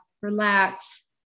relax